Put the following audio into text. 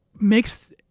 makes